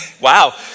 Wow